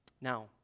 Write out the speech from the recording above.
Now